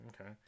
Okay